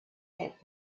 get